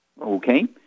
Okay